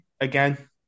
again